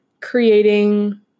creating